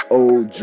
old